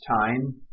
time